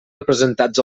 representats